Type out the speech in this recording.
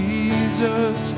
Jesus